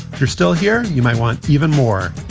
you're still here. you might want even more.